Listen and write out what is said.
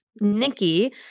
Nikki